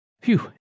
Phew